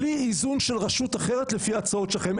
בלי איזון של רשות אחרת לפי ההצעות שלכם,